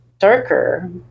Darker